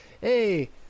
hey